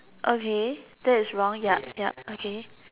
okay that is wrong yup yup okay